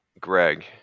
Greg